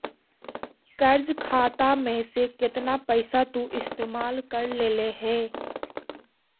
कर्ज खाता में से केतना पैसा तु इस्तेमाल कर लेले हे